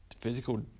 physical